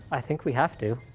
i think we have to.